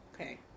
Okay